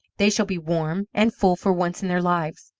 they shall be warm and full for once in their lives,